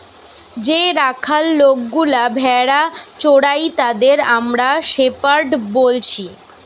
যে রাখাল লোকগুলা ভেড়া চোরাই তাদের আমরা শেপার্ড বলছি